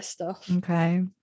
Okay